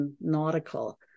nautical